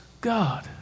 God